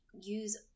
use